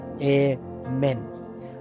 Amen